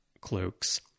cloaks